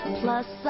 plus